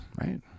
right